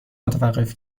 متوقف